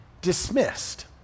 dismissed